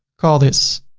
call this,